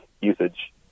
usage